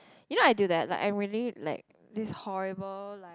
you know I do that like I really like this horrible like